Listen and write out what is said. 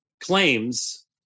claims